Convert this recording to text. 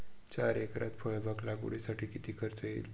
चार एकरात फळबाग लागवडीसाठी किती खर्च येईल?